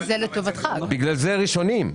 בגלל זה ראשונים.